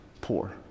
poor